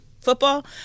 football